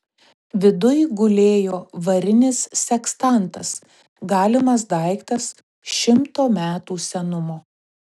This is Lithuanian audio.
viduj gulėjo varinis sekstantas galimas daiktas šimto metų senumo